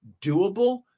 doable